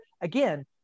again